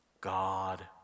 God